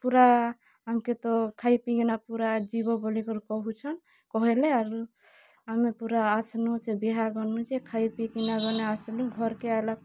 ପୂରା ଆମ୍କେ ତ ଖାଇ ପିଇକିନା ପୂରା ଯିବ ବୋଲିକରି କହୁଛନ୍ କହେଲେ ଆରୁ ଆମେ ପୂରା ଆସ୍ନୁ ସେ ବିହାଘର୍ନୁ ଯେ ଖାଇ ପିଇ କିନା ଗନେ ଆସ୍ନୁ ଘର୍କେ ଆଏଲା